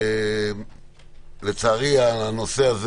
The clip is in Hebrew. לצערי הנושא הזה